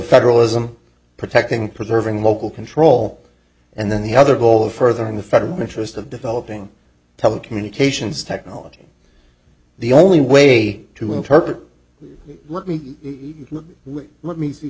federalism protecting preserving local control and then the other ball further in the federal interest of developing telecommunications technology the only way to interpret let me